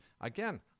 again